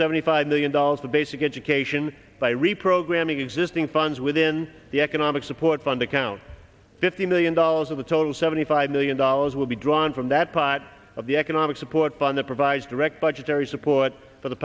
seventy five million dollars to basic education by reprogramming existing funds within the economic support funding count fifty million dollars of the total seventy five million dollars will be drawn from that part of the economic support fund that provides direct budgetary support for the